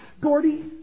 Gordy